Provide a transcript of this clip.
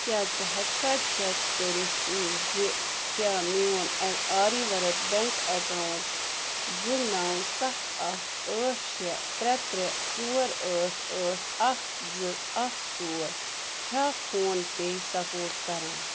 کیٛاہ ژٕ ہیٚکہِ کھا چیٚک کٔرِتھ اۭں زِ کیٛاہ میٛون آریا ورَت بیٚنٛک ایٚکاونٛٹ زٕ نَو سَتھ اَکھ ٲٹھ شےٚ ترٛےٚ ترٛےٚ ژور ٲٹھ ٲٹھ اَکھ زٕ اَکھ ژور چھا فون پے سپورٹ کران